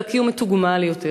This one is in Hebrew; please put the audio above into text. אלא כי הוא מתוגמל יותר,